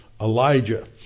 Elijah